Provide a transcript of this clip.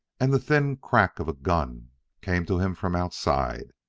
and the thin crack of guns came to him from outside.